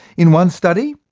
in one study,